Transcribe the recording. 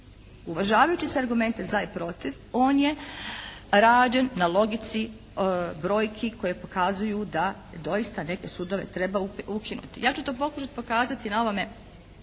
Uvažavajući sve argumente za i protiv on je rađen na logici brojki koje pokazuju da doista neke sudove treba ukinuti. Ja ću to pokušati pokazati na ovome